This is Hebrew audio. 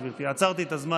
גברתי, עצרתי את הזמן.